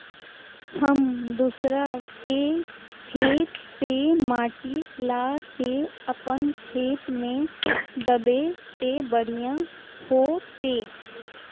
हम दूसरा के खेत से माटी ला के अपन खेत में दबे ते बढ़िया होते?